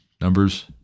Numbers